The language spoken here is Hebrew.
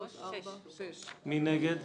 מי נגד?